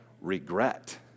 Regret